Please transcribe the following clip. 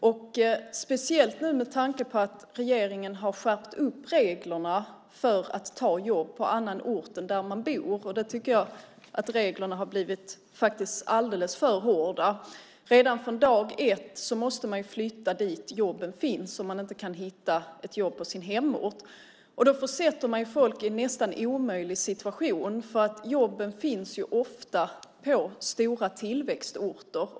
Det gäller speciellt med tanke på att regeringen har skärpt reglerna för att ta jobb på annan ort än där man bor. Reglerna har blivit alldeles för hårda. Redan från dag ett måste man flytta dit jobben finns om man inte kan hitta ett jobb på sin hemort. Människor försätts i en nästan omöjlig situation. Jobben finns ofta på stora tillväxtorter.